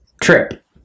trip